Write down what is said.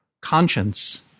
conscience